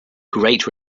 great